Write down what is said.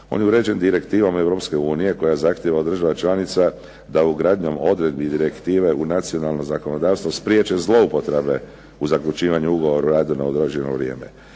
On je uređen direktivom Europske unije koja zahtjeva od država članica da ugradnjom odredbi direktive u nacionalno zakonodavstvo spriječe zloupotrebe u zaključivanja Ugovora o radu na određeno vrijeme.